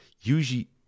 usually